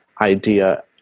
idea